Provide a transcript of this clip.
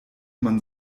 man